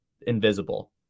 invisible